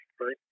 right